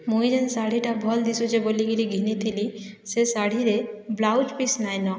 ମୁଇଁ ଯେନ୍ ଶାଢ଼ୀଟା ଭଲ ଦିସୁଛେ ବୋଲିକରି ଘିନିଥିଲି ସେ ଶାଢ଼ୀରେ ବ୍ଲାଉଜ ପିସ ନାଇଁନ